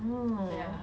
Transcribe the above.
oh